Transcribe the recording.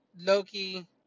Loki